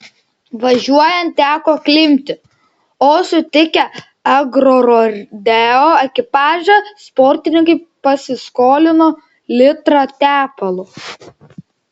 važiuojant teko klimpti o sutikę agrorodeo ekipažą sportininkai pasiskolino litrą tepalo